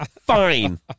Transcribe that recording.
Fine